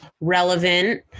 relevant